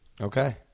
Okay